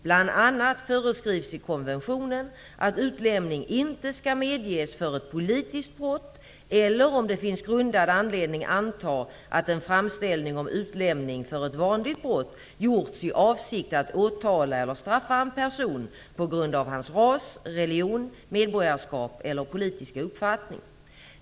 Bl.a. föreskrivs i konventionen att utlämning inte skall medges för ett politiskt brott eller om det finns grundad anledning anta att en framställning om utlämning för ett vanligt brott gjorts i avsikt att åtala eller straffa en person på grund av hans ras, religion, medborgarskap eller politiska uppfattning.